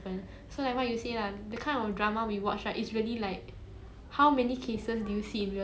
ya it's very I's a very idealised version of poverty lah I feel so yeah